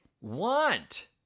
want